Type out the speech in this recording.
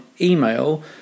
email